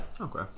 Okay